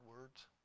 words